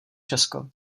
česko